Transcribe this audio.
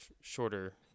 shorter